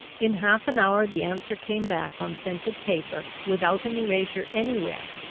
in half an hour the answer came back on scented paper, without an erasure anywhere,